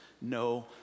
no